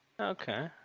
Okay